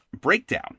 breakdown